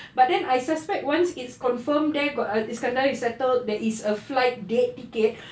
but then I suspect once it's confirmed there got iskandar is settled there is a flight date ticket